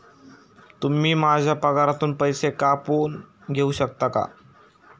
तुम्ही माझ्या पगारातून पैसे कापून घेऊ शकता का?